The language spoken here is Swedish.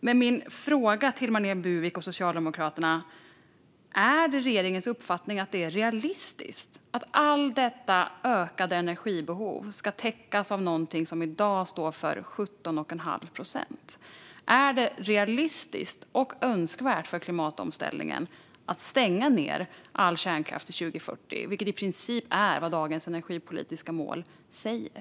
Men min fråga till Marlene Burwick och Socialdemokraterna är: Är det regeringens uppfattning att det är realistiskt att hela detta ökade energibehov ska täckas av någonting som i dag står för 17,5 procent? Är det realistiskt och önskvärt för klimatomställningen att stänga ned all kärnkraft till 2040, vilket i princip är vad dagens energipolitiska mål säger?